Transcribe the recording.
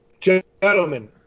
Gentlemen